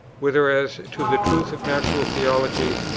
whether as to the truths of natural theology,